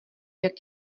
jak